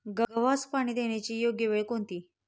गव्हास पाणी देण्याची योग्य वेळ कोणती?